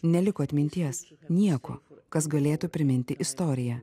neliko atminties nieko kas galėtų priminti istoriją